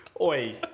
Oi